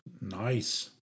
nice